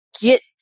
get